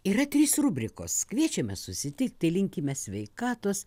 yra trys rubrikos kviečiame susitikti linkime sveikatos